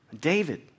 David